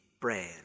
brand